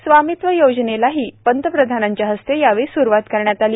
स्वामित्व योजनेलाही पंतप्रधानांच्या हस्ते यावेळी स्रुवात करण्यात आली